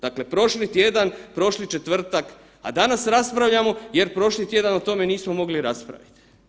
Dakle prošli tjedan, prošli četvrtak, a danas raspravljamo jer prošli tjedan o tome nismo mogli raspravit.